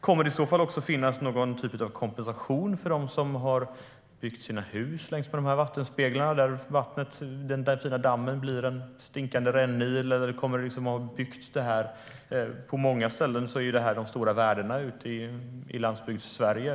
Kommer det i så fall att finnas någon typ av kompensation för dem som har byggt sina hus längs med vattenspeglar, där den fina dammen nu blir en stinkande rännil? På många ställen är detta de stora värdena i Landsbygdssverige.